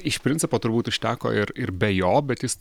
iš principo turbūt užteko ir ir be jo bet jis